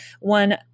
one